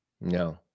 no